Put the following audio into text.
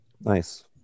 Nice